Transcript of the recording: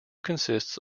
consists